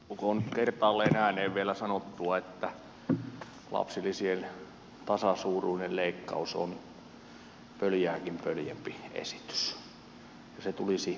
tulkoon kertaalleen ääneen vielä sanottua että lapsilisien tasasuuruinen leikkaus on pöljääkin pöljempi esitys ja se tulisi peruuttaa